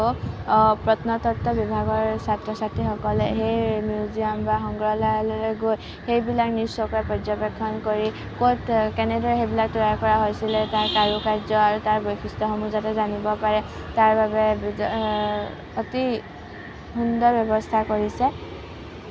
প্ৰত্নতত্ব বিভাগৰ ছাত্ৰ ছাত্ৰীসকলে সেই মিউজিয়াম বা সংগ্ৰহালয়লৈ গৈ সেইবিলাক নিশ্চয়কৈ পৰ্যবেক্ষণ কৰি ক'ত কেনেদৰে সেইবিলাক তৈয়াৰ কৰা হৈছিলে তাৰ কাৰুকাৰ্য আৰু তাৰ বৈশিষ্ট্যসমূহ যাতে জানিব পাৰে তাৰ বাবে অতি সুন্দৰ ব্যৱস্থা কৰিছে